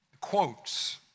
quotes